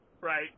Right